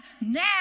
now